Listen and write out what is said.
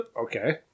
Okay